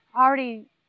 already